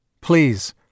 please